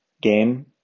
game